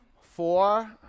four